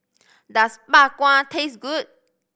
does Bak Kwa taste good